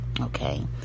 okay